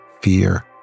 fear